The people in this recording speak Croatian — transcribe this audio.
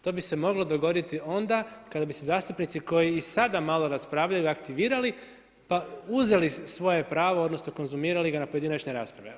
To bi se moglo dogoditi onda kada bi se zastupnici koji i sada malo raspravljaju aktivirali, pa uzeli svoje pravo, odnosno konzumirali ga na pojedinačne rasprave.